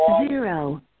Zero